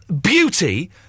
beauty